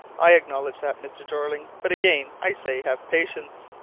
i acknowledge that, mr. jeorling. but again i say have patience!